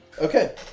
Okay